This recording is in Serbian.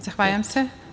Zahvaljujem se.